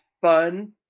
fun